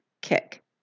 kick